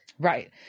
Right